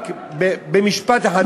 רק במשפט אחד,